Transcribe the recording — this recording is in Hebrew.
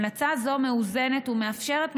המלצה זו מאוזנת ומאפשרת,